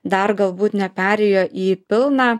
dar galbūt neperėjo į pilną